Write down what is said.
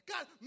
God